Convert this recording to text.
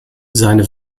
seine